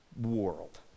world